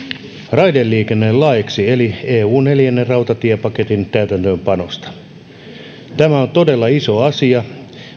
raideliikennelaiksi eli eun neljännen rautatiepaketin täytäntöönpanosta todella isoa asia